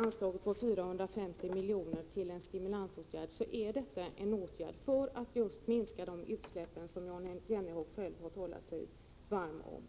Anslaget på 450 milj.kr. är avsett som en stimulansåtgärd för att minska utsläpp, en minskning som Jan Jennehag själv har talat sig varm för.